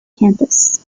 campus